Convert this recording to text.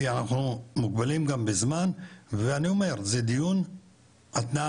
כי אנחנו מוגבלים גם בזמן ואני אומר זה דיון התנעה,